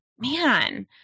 Man